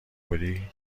بودی